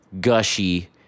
gushy